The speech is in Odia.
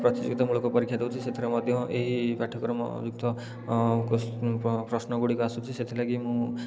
ପ୍ରତିଯୋଗିତା ମୂଳକ ପରୀକ୍ଷା ଦେଉଛି ସେଥିରେ ମଧ୍ୟ ଏଇ ପାଠ୍ୟକ୍ରମ ଭିତ୍ତ ପ୍ରଶ୍ନ ଗୁଡ଼ିକ ଆସୁଛି ସେଥି ଲାଗି ମୁଁ